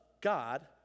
God